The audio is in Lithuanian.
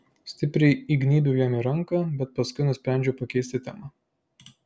stipriai įgnybiau jam į ranką bet paskui nusprendžiau pakeisti temą